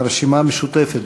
הרשימה המשותפת.